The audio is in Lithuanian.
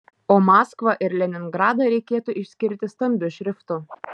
o maskvą ir leningradą reikėtų išskirti stambiu šriftu